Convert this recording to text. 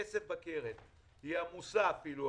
היא עמוסה אפילו.